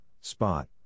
spot